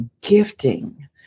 gifting